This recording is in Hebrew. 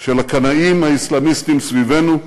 של הקנאים האסלאמיסטים סביבנו,